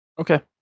Okay